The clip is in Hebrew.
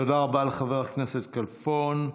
תודה רבה לחבר הכנסת כלפון.